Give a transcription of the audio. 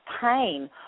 pain